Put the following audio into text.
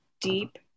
deep